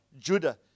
Judah